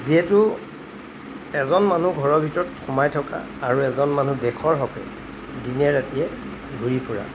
যিহেতু এজন মানুহ ঘৰৰ ভিতৰত সোমাই থকা আৰু এজন মানুহ দেশৰ হকে দিনে ৰাতিয়ে ঘূৰি ফুৰা